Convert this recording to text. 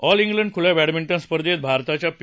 all क्लिंड खुल्या badminton स्पर्धेत भारताच्या पी